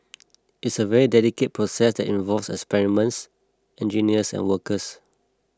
it's a very delicate process that involves experience engineers and workers